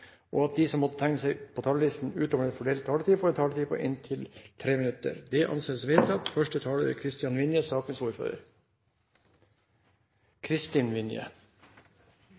at de som måtte tegne seg på talerlisten utover den fordelte taletid, får en taletid på inntil 3 minutter. – Det anses vedtatt.